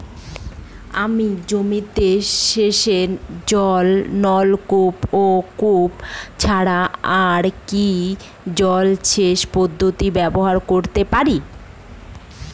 আমি জমিতে সেচের জন্য কূপ ও নলকূপ ছাড়া আর কি জলসেচ পদ্ধতি ব্যবহার করতে পারি?